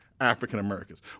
African-Americans